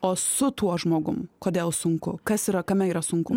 o su tuo žmogum kodėl sunku kas yra kame yra sunku